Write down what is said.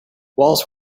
walls